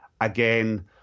Again